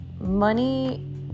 money